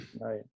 Right